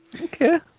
okay